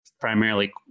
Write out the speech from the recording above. primarily